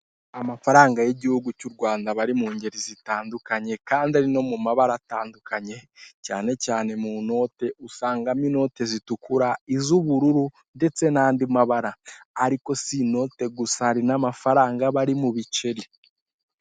Amafaranga y'igihugu cy'Urwanda aba ari mu ngeri zitandukanye kandi ari no mu mabara atandukanye, cyanye mu note usangamo inote zitukura iz'ubururu ndetse n'andi mabara; ariko si inote gusa usanga hari n'andi mafaranga aba ari mu biceri.